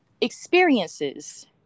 experiences